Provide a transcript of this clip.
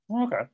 Okay